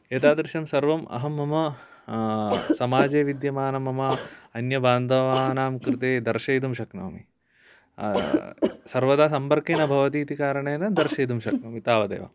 एतादृशं सर्वम् अहं मम समाजे विद्यमानं मम अन्यबान्धवानां कृते दर्शयितुं शक्नोमि सर्वदा सम्पर्के न भवति इति कारणेन दर्शयितुं शक्नोमि तावदेव